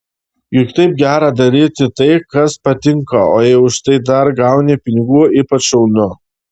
juk taip gera daryti tai kas patinka o jei už tai dar gauni pinigų ypač šaunu